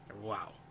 wow